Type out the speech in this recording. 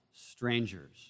strangers